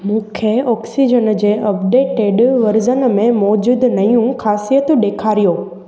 मूंखे ऑक्सीजन जे updated version में मौज़ूदु नयूं खासिइत ॾेखारियो